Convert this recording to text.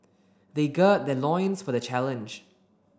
they gird their loins for the challenge